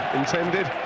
intended